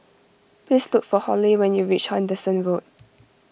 please look for Halle when you reach Henderson Road